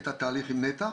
את התהליך עם נת"ע.